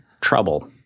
trouble